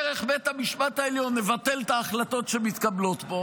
דרך בית המשפט העליון נבטל את ההחלטות שמתקבלות פה